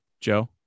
Joe